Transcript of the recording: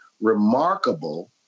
remarkable